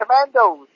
Commandos